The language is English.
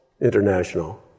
International